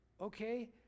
Okay